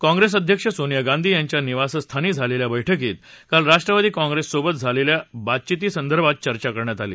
काँप्रेस अध्यक्ष सोनिया गांधी यांच्या निवासस्थानी झालेल्या बैठकीत काल राष्ट्रवादी काँप्रेससोबत झालेल्या बातधितीसंदर्भात चर्चा करण्यात आली